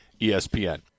ESPN